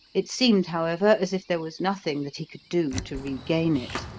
it seemed, however, as if there was nothing that he could do to regain it.